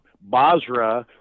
Basra